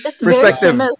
Perspective